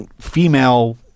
female